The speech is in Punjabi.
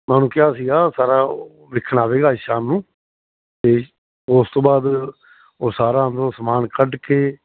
ਮੈਂ ਉਹਨੂੰ ਕਿਹਾ ਸੀਗਾ ਸਾਰਾ ਵੇਖਣ ਆਵੇਗਾ ਸ਼ਾਮ ਨੂੰ ਤੇ ਉਸ ਤੋਂ ਬਾਅਦ ਉਹ ਸਾਰਾ ਆਪਣਾ ਸਮਾਨ ਕੱਢ ਕੇ